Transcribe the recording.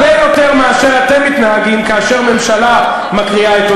אם זה יקרה,